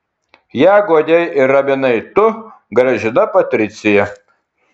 ją guodei ir raminai tu gražina patricija